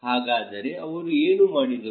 ಹಾಗಾದರೆ ಅವರು ಏನು ಮಾಡಿದರು